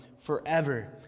forever